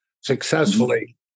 successfully